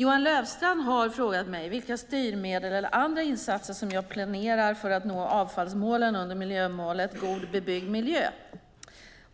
Johan Löfstrand har frågat mig vilka styrmedel eller andra insatser som jag planerar för att nå avfallsmålen under miljömålet God bebyggd miljö.